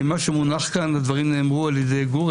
כי מה שמונח כאן הדברים נאמרו על-ידי גור,